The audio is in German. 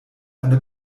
eine